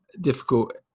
difficult